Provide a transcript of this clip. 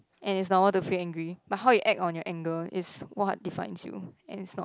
and it's normal to feel angry but how you act on your anger is what defines you and it's not